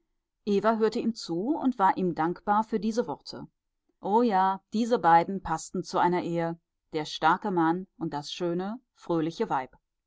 eva hörte ihm zu und war ihm dankbar für diese worte o ja diese beiden paßten zu einer ehe der starke mann und das schöne fröhliche weib